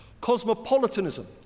Cosmopolitanism